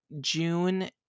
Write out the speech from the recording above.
June